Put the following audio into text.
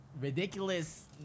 ridiculous